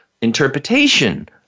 interpretation